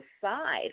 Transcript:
side